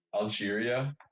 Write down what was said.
algeria